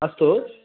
अस्तु